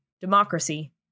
democracy